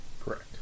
Correct